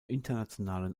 internationalen